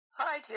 Hi